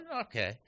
Okay